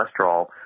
cholesterol